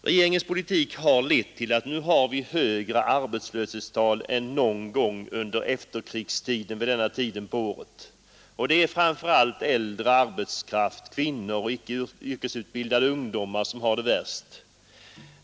Regeringens politik har lett till högre arbetslöshetstal än någon gång under efterkrigstiden vid denna tid på året. Det är speciellt äldre arbetskraft, kvinnor och icke yrkesutbildade ungdomar som har det värst.